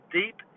deep